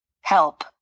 help